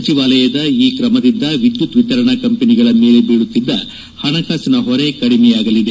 ಸಚಿವಾಲಯದ ಈ ಕ್ರಮದಿಂದ ವಿದ್ಯುತ್ ವಿತರಣಾ ಕಂಪನಿಗಳ ಮೇಲೆ ಬೀಳುತ್ತಿದ್ದ ಹಣಕಾಸಿನ ಹೊರೆ ಕಡಿಮೆಯಾಗಲಿದೆ